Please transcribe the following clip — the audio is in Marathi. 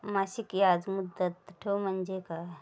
मासिक याज मुदत ठेव म्हणजे काय?